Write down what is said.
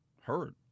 hurt